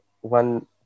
one